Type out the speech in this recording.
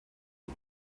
sie